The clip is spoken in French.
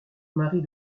marie